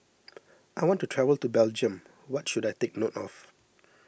I want to travel to Belgium what should I take note of